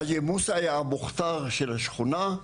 חג'י מוסא היה המוכתר של השכונה,